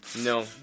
No